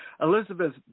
Elizabeth